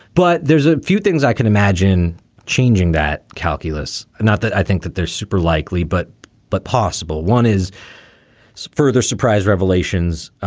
but there's a few things i can imagine changing that calculus. not that i think that they're super likely, but but possible. one is further surprise revelations.